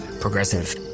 Progressive